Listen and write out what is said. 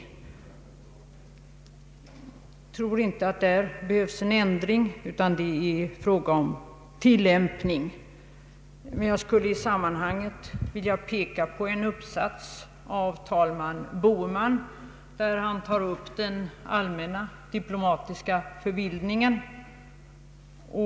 Jag tror inte att det på denna punkt behövs någon ändring, utan att det är fråga om en tillämpning. Men jag skulle i sammanhanget vilja peka på en uppsats av talman Boheman, i vilken han tar upp den allmänna diplomatiska förvildningen.